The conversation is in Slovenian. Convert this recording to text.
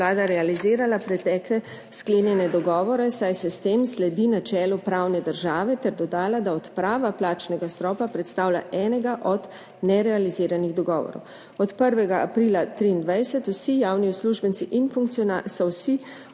Vlada realizirala pretekle sklenjene dogovore, saj se s tem sledi načelu pravne države, ter dodala, da odprava plačnega stropa predstavlja enega od nerealiziranih dogovorov. Od 1. aprila 2023 so vsi javni uslužbenci in funkcionarji so vsi